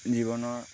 জীৱনৰ